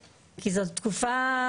בעצמי.